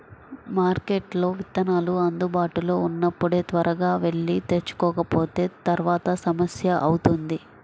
మార్కెట్లో విత్తనాలు అందుబాటులో ఉన్నప్పుడే త్వరగా వెళ్లి తెచ్చుకోకపోతే తర్వాత సమస్య అవుతుంది